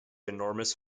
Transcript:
enormous